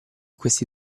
questi